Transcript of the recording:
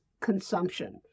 consumption